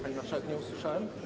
Pani marszałek, nie usłyszałem.